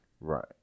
Right